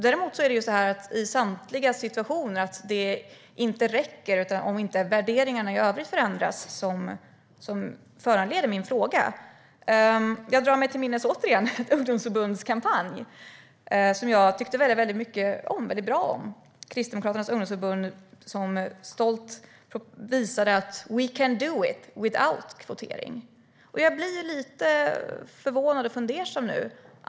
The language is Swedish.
Det är det här att det i samtliga situationer inte räcker med kvotering om inte värderingarna i övrigt förändras som föranleder min fråga. Jag drar mig återigen till minnes ert ungdomsförbunds kampanj som jag tyckte väldigt mycket om. Kristdemokraternas ungdomsförbund visade stolt: "We can do it - utan kvotering!" Jag blir lite förvånad och fundersam nu.